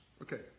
Okay